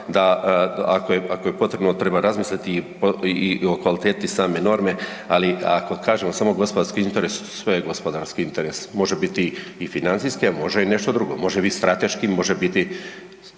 vama ako je potrebno treba razmisliti i o kvaliteti same norme, ali ako kažemo samo gospodarski interes, sve je gospodarski interes, može biti i financijski, a može i nešto drugo, može biti strateški, može biti